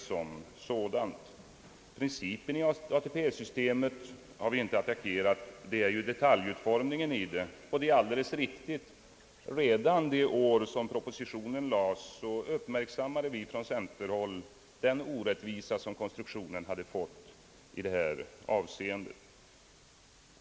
Principen i ATP-systemet har vi inte attackerat utan endast detaljutformningen av det. Redan när propositionen lades fram, uppmärksammade vi från centerhåll den orättvisa som konstruktionen medför i det här avseendet.